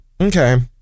Okay